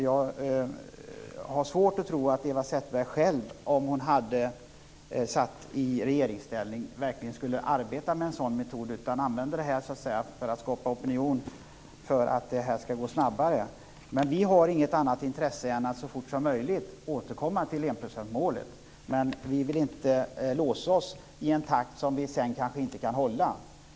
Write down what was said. Jag har svårt att tro att Eva Zetterberg själv i regeringsställning verkligen skulle arbeta med en sådan metod. I stället används nog detta för att skapa opinion för att det hela skall gå snabbare. Vi har inte intresse av något annat än att det går att så fort som möjligt återkomma till enprocentsmålet. Vi vill dock inte låsa oss vid ett löfte om takten som vi sedan kanske inte kan hålla.